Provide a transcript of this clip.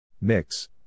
Mix